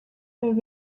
live